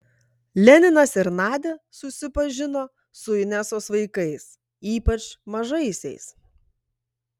leninas ir nadia susipažino su inesos vaikais ypač mažaisiais